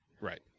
Right